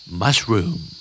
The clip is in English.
mushroom